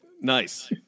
nice